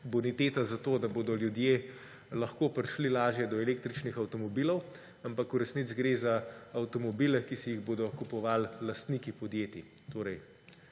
boniteta zato, da bodo ljudje lahko prišli lažje do električnih avtomobilov, ampak v resnici gre za avtomobile, ki si jih bodo kupovali lastniki podjetij,